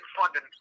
funding